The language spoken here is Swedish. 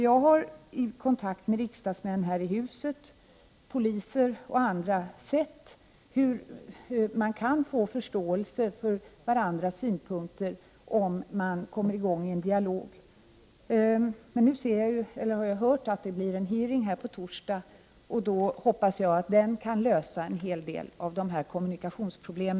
Jag har i kontakt med riksdagsmän här i huset, poliser och andra sett hur man kan få förståelse för varandras synpunkter om man får i gång en dialog. Men nu har jag hört att det blir en hearing här på torsdag, och då hoppas jag att den kan lösa en hel del av dessa kommunikationsproblem.